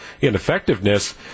ineffectiveness